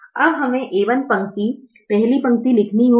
अब हमें a1 पंक्ति पहली पंक्ति लिखनी होगी